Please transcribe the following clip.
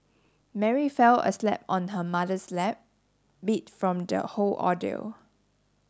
Mary fell aslept on her mother's lap beat from the whole ordeal